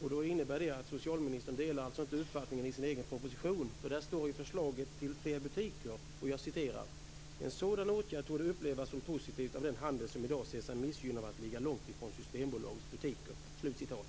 Det innebär alltså att socialministern inte delar den uppfattning som förs fram i hans egen proposition. Det står om förslaget om fler butiker följande: "En sådan åtgärd torde upplevas som positiv - av den handel som i dag anser sig missgynnad av att ligga långt från Systembolagets butiker".